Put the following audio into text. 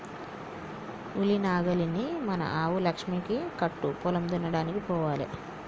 ఉలి నాగలిని మన ఆవు లక్ష్మికి కట్టు పొలం దున్నడానికి పోవాలే